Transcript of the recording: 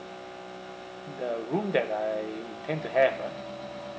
the room that I intend to have ah